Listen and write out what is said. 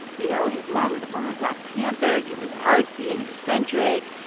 you know? his mom was a former black panther. he was artsy and eccentric.